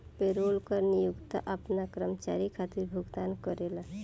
payroll कर नियोक्ता आपना कर्मचारी खातिर भुगतान करेला